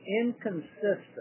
inconsistent